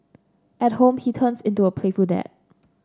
at home he turns into a playful dad